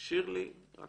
את